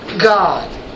God